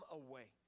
away